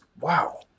wow